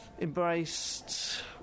embraced